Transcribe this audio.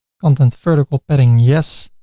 content vertical padding yes.